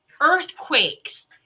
earthquakes